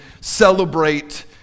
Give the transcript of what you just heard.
celebrate